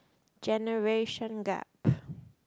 generation gap